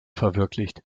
verwirklicht